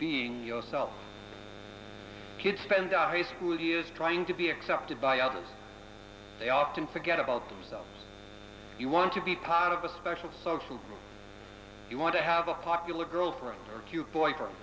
being yourself kids spend on high school years trying to be accepted by others they often forget about themselves you want to be part of a special social you want to have a popular girlfriend or cute boyfr